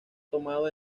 tomado